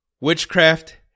witchcraft